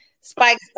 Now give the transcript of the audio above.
spikes